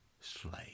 slave